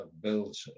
built